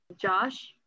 Josh